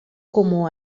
como